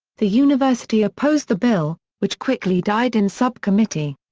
the university opposed the bill, which quickly died in subcommittee.